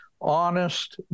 honest